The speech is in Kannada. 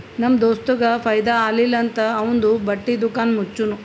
ನಮ್ ದೋಸ್ತಗ್ ಫೈದಾ ಆಲಿಲ್ಲ ಅಂತ್ ಅವಂದು ಬಟ್ಟಿ ದುಕಾನ್ ಮುಚ್ಚನೂ